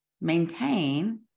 maintain